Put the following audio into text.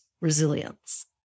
resilience